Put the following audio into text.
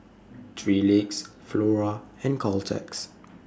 three Legs Flora and Caltex